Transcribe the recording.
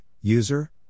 user